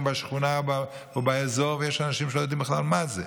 בשכונה ובאזור ויש אנשים שלא יודעים בכלל מה זה,